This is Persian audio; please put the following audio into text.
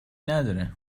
نداره